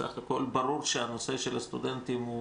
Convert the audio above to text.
סך הכול ברור שהנושא של הסטודנטים הוא